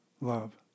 love